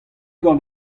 gant